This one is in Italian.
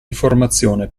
informazione